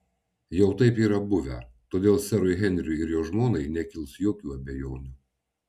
jau taip yra buvę todėl serui henriui ir jo žmonai nekils jokių abejonių